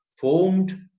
formed